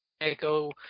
echo